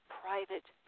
private